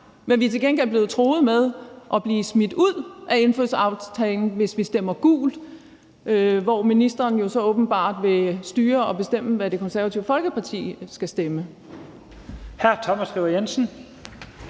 Men vi er til gengæld blevet truet med at blive smidt ud af indfødsretsaftalen, hvis vi stemmer gult, hvor ministeren så åbenbart vil styre og bestemme, hvad Det Konservative Folkeparti skal stemme.